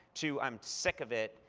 to, i'm sick of it,